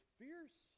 fierce